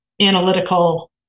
analytical